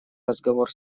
разговор